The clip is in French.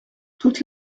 toute